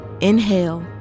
Inhale